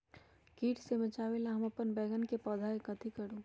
किट से बचावला हम अपन बैंगन के पौधा के कथी करू?